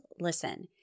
listen